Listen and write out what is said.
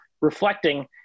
reflecting